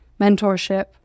mentorship